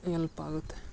ಎಲ್ಪಾಗುತ್ತೆ